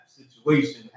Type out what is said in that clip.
situation